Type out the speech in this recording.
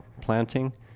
planting